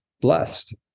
blessed